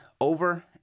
over